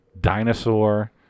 dinosaur